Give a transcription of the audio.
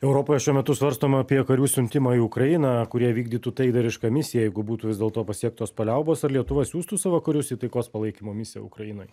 europoje šiuo metu svarstoma apie karių siuntimą į ukrainą kurie vykdytų taikdarišką misiją jeigu būtų vis dėlto pasiektos paliaubos ar lietuva siųstų savo karius į taikos palaikymo misiją ukrainoj